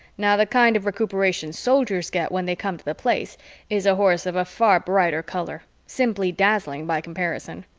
now the kind of recuperation soldiers get when they come to the place is a horse of a far brighter color, simply dazzling by comparison.